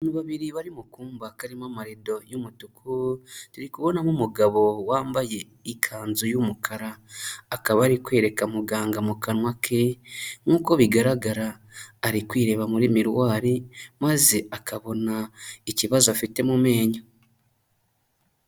Abantu babiri bari mu kumba karimo amarido y'umutuku, turi kubonamo umugabo wambaye ikanzu y'umukara, akaba ari kwereka muganga mu kanwa ke nk'uko bigaragara ari kwireba muri miruwari maze akabona ikibazo afite mu menyo.